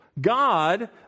God